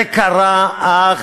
זה קרה אך